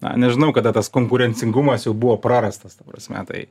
na nežinau kada tas konkurencingumas jau buvo prarastas ta prasme tai